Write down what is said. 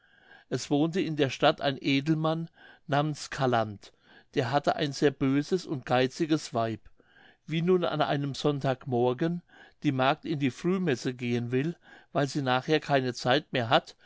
es wohnte in der stadt ein edelmann namens calandt der hatte ein sehr böses und geiziges weib wie nun an einem sonntag morgen die magd in die frühmesse gehen will weil sie nachher keine zeit mehr hat